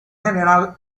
general